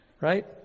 Right